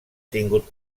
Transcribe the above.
tingut